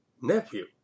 nephew